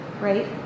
Right